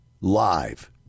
live